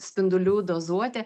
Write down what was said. spindulių dozuotė